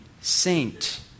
saint